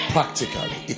Practically